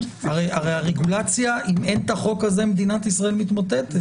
הרי אם אין החוק הזה מדינת ישראל מתמוטטת.